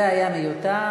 זה היה מיותר,